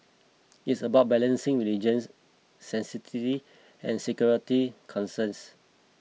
it's about balancing religious sanctity and security concerns